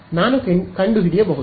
ನಾನು ಕಂಡುಹಿಡಿಯಬಹುದು